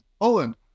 Poland